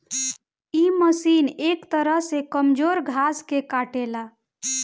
इ मशीन एक तरह से कमजोर घास के काटेला